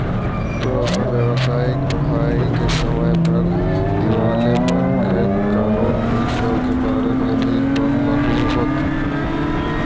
तू अपन व्यावसायिक पढ़ाई के समय पर दिवालेपन के कानून इ सब के बारे में भी पढ़लहू होत